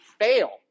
fail